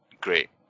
great